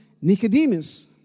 Nicodemus